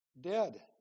Dead